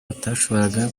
atashoboraga